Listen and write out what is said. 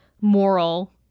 moral